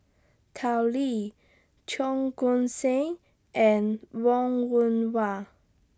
Tao Li Cheong Koon Seng and Wong Yoon Wah